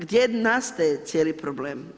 Gdje nastaje cijeli problem?